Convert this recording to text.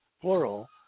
plural